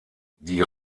die